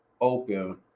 open